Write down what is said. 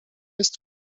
jest